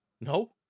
No